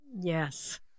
Yes